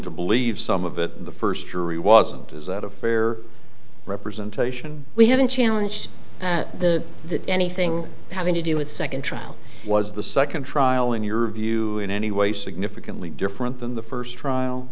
to believe some of it in the first jury wasn't is that a fair representation we haven't challenged the the anything having to do with second trial was the second trial in your view in any way significantly different than the first trial